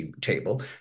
table